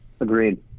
Agreed